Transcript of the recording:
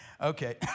Okay